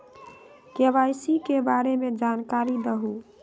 KYC के बारे में जानकारी दहु?